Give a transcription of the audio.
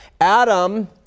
Adam